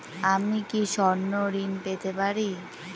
আমি কি স্বর্ণ ঋণ পেতে পারি?